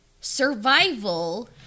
survival